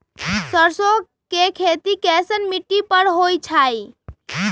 सरसों के खेती कैसन मिट्टी पर होई छाई?